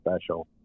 special